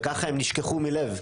וככה הם נשכחו מלב,